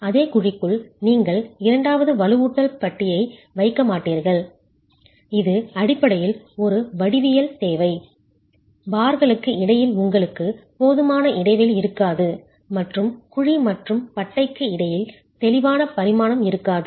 அதே குழிக்குள் நீங்கள் இரண்டாவது வலுவூட்டல் பட்டியை வைக்க மாட்டீர்கள் இது அடிப்படையில் ஒரு வடிவியல் தேவை பார்களுக்கு இடையில் உங்களுக்கு போதுமான இடைவெளி இருக்காது மற்றும் குழி மற்றும் பட்டைக்கு இடையில் தெளிவான பரிமாணம் இருக்காது